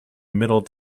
middle